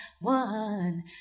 One